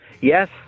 Yes